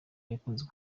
yakunze